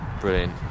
brilliant